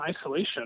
isolation